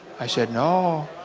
i said, no.